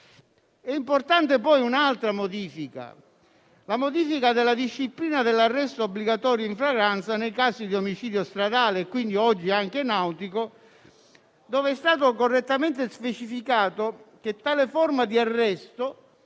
poi importante la modifica della disciplina dell'arresto obbligatorio in flagranza nei casi di omicidio stradale (e, quindi, oggi anche nautico) laddove è stato correttamente specificato che tale forma di arresto